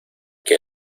que